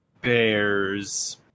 Bears